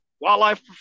wildlife